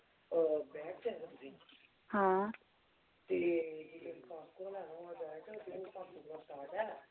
हां